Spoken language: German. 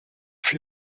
für